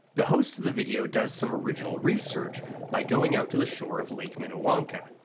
the host of the video does some original research by going out to the shore of lake minnewanka.